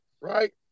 right